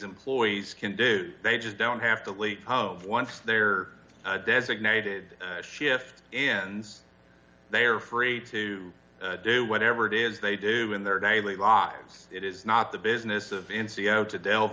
employees can do they just don't have to leave home once their designated shift in they are free to do whatever it is they do in their daily lives it is not the business of in seo to delve